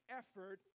effort